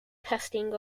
testing